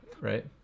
right